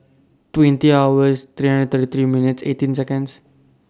twenty nine July two thousand and twenty six twenty hours thirty three minutes eighteen Seconds